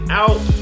out